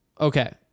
okay